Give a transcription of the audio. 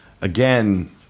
again